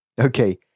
Okay